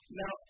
now